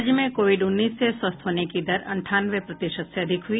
राज्य में कोविड उन्नीस से स्वस्थ होने की दर अंठानवे प्रतिशत से अधिक हुई